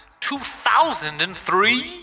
2003